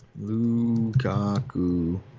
Lukaku